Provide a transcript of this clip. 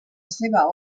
seva